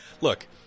look